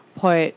put